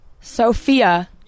Sophia